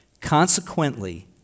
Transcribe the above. Consequently